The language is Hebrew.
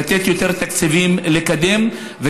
לתת יותר תקציבים לקדם.